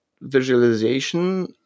visualization